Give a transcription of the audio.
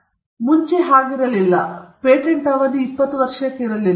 ಇದು ಮುಂಚೆ ಅಲ್ಲ ಪೇಟೆಂಟ್ ಅವಧಿಯು 20 ವರ್ಷಗಳಿಲ್ಲ